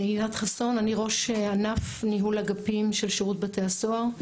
אני ראש ענף ניהול אגפים של שירות בתי הסוהר,